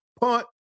punt